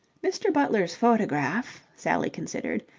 mr. butler's photograph, sally considered,